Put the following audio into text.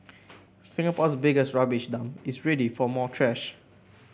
Singapore's biggest rubbish dump is ready for more trash